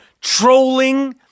trolling